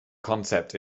concept